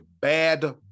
bad